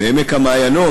מאלה של עמק-המעיינות,